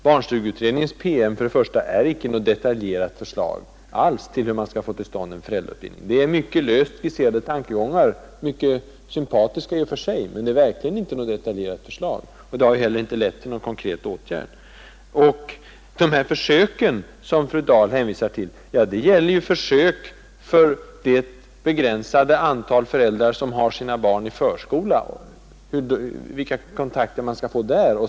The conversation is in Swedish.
Barnstugeutredningens PM är icke alls något detaljerat förslag till hur man skall få till stånd en föräldrautbildning. Det är mycket löst skisserade tankegångar — mycket sympatiska i och för sig — och de har ännu inte lett till någon konkret åtgärd. De försök, som fru Dahl hänvisar till, gäller ju det begränsade antal föräldrar som har sina barn i förskola — vilka kontakter man skall få där.